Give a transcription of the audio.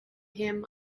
him